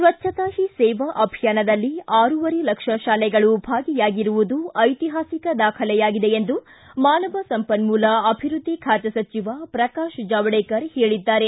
ಸ್ವಚ್ಧತಾ ಹೀ ಸೇವಾ ಅಭಿಯಾನದಲ್ಲಿ ಆರೂವರೆ ಲಕ್ಷ ಶಾಲೆಗಳು ಭಾಗಿಯಾಗಿರುವುದು ಐತಿಹಾಸಿಕ ದಾಖಲೆಯಾಗಿದೆ ಎಂದು ಮಾನವ ಸಂಪನ್ಮೂಲ ಅಭಿವೃದ್ಧಿ ಖಾತೆ ಸಚಿವ ಪ್ರಕಾಶ್ ಜಾವಡೇಕರ್ ಹೇಳಿದ್ದಾರೆ